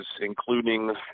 including